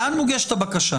לאן מוגשת הבקשה?